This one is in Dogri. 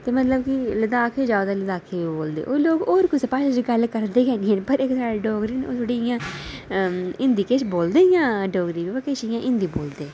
ते मतलब कि लद्दाख च जाओ तां लद्दाखी बोलदे ओह् लोग होर कुसै भाशा च गल्ल करदे गै नेईं पर इक साढ़ी डोगरी ओह् इ'यां किश हिंदी बोलदे डोगरी पर किश हिंदी बोलदे न